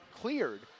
cleared